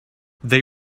they